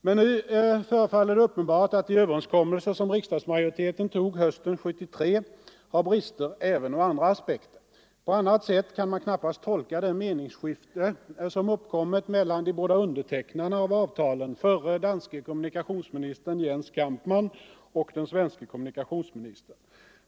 Men nu förefaller det uppenbart att de överenskommelser som riksdagsmajoriteten tog hösten 1973 har brister även ur andra aspekter. På annat sätt kan man knappast tolka det meningsskifte som uppkommit mellan de båda undertecknarna av avtalen, förre danske trafikministern Jens Kampmann och den svenske kommunikationsministern.